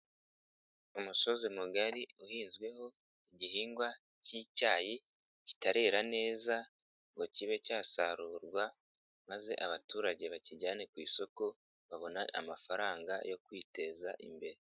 Umusozi mugari uhinzweho igihingwa cy'icyayi kitarera neza ngo kibe cyasarurwa, maze abaturage bakijyane ku isoko babone amafaranga yo kwiteza imbere.